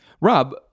Rob